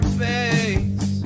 face